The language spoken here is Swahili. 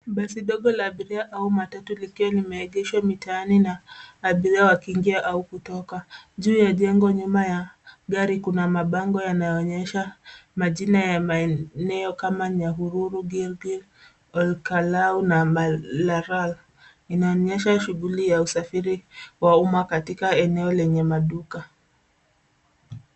Basi dogo la abiria au matatu likiwa limeegeshwa mitaani na abiria wakingia au kutoka. Juu ya jengo nyuma ya gari kuna mabango yanayoonyesha majina ya maeneo kama Nyahururu, Gilgil, Olkalau na Maralal. Inaonesha shughuli ya usafiri wa umma katika eneo lenye maduka.